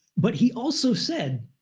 but he also said,